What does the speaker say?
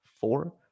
four